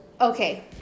okay